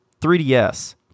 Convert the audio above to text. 3DS